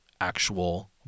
actual